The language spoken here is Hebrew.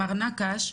מר נקש חברי,